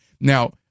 Now